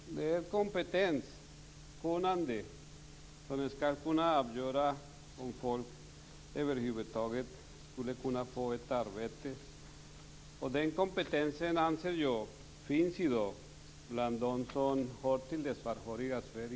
Fru talman! Det är kompetens och kunnande som skall vara avgörande för om man får ett jobb. Den kompetensen anser jag finns i dag bland dem som hör till det svarthåriga Sverige.